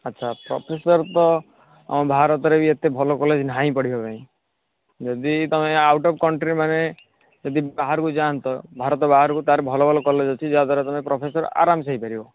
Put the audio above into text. ଆଚ୍ଛା ଆଚ୍ଛା ପ୍ରଫେସର୍ ତ ଭାରତରେ ଏତେ ଭଲ କଲେଜ୍ ନାହିଁ ପଢ଼ିବା ପାଇଁ ଯଦି ତୁମେ ଆଉଟ୍ ଅଫ୍ କଣ୍ଟ୍ରି ମାନେ ଯଦି ବାହାରକୁ ଯାଆନ୍ତ ଭାରତ ବାହାରକୁ ତାହେଲେ ଭଲ ଭଲ କଲେଜ୍ ଅଛି ଯାହାଦ୍ୱାରା ତୁମେ ପ୍ରଫେସର୍ ଆରାମସେ ହୋଇପାରିବ